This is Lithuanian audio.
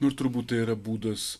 ir turbūt yra būdas